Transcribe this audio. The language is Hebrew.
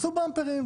תעשו במפרים,